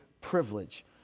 privilege